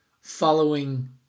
following